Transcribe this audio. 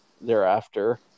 thereafter